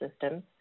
Systems